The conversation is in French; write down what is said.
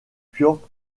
piotr